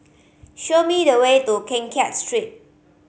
show me the way to Keng Kiat Street